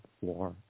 War